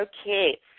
Okay